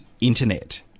internet